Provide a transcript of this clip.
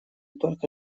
только